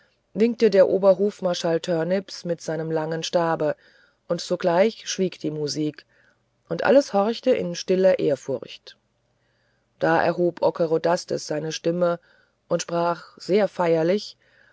winkte der oberhofmarschall turneps mit seinem langen stabe und sogleich schwieg die musik und alles horchte in stiller ehrfurcht da erhob ockerodastes seine stimme und sprach sehr feierlich